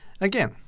Again